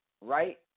Right